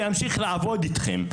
וימשיך לעבוד איתכם?